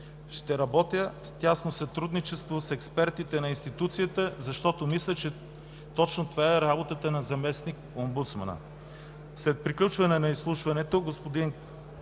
„Ще работя в тясно сътрудничеството с експертите на институцията, защото мисля, че точно това е работата на заместник-омбудсмана”. След приключване на изслушването господин